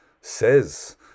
says